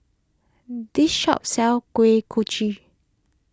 this shop sells Kuih Kochi